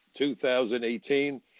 2018